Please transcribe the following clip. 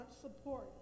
support